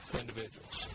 individuals